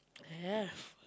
I have